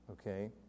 Okay